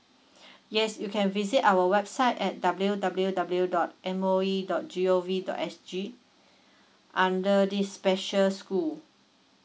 yes you can visit our website at W W W dot M O E dot G O V dot S G under this special school